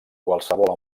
qualsevol